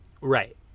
Right